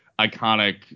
iconic